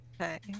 Okay